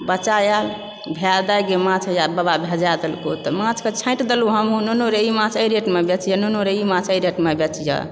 बच्चा आयल हे दाई गे माछ हइया बाबा भेजा देलकहुँ तऽ माछके छाँटि देलहुँ हम नुनु रे इ माछ एहि रेटमे बेचिहे नुनु रे ई माछ एहि रेटमे बेचिहऽ